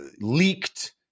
leaked